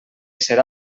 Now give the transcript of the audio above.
serà